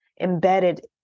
embedded